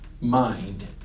mind